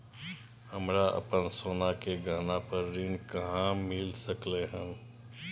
हमरा अपन सोना के गहना पर ऋण कहाॅं मिल सकलय हन?